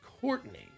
Courtney